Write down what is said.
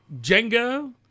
Jenga